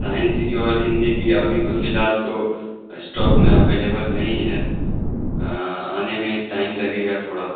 science کی اور ہندی کی ابھی تو فی الحال تو اسٹاک میں اویلیبل نہیں ہے آنے میں ٹائم لگے گا تھوڑا